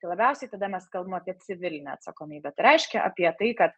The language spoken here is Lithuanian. tai labiausiai tada mes kalbam apie civilinę atsakomybę tai reiškia apie tai kad